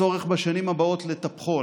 צורך בשנים הבאות לטפחו,